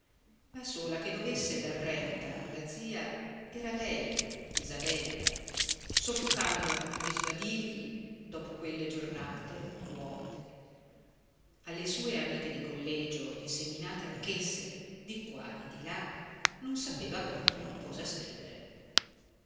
la sola che dovesse dar retta alla zia era lei isabella soffocando gli sbadigli dopo quelle giornate vuote alle sue amiche di collegio disseminate anch'esse di qua e di là non sapeva proprio cosa scrivere